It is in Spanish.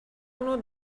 uno